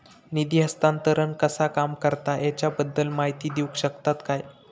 निधी हस्तांतरण कसा काम करता ह्याच्या बद्दल माहिती दिउक शकतात काय?